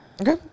Okay